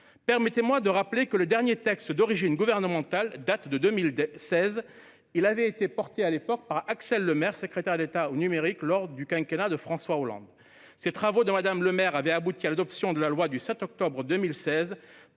Permettez-moi de rappeler que le dernier texte d'origine gouvernementale date de 2016 et avait été défendu à l'époque par Axelle Lemaire, secrétaire d'État chargée du numérique lors du quinquennat de François Hollande. Ces travaux de Mme Lemaire avaient abouti à l'adoption de la loi du 7 octobre 2016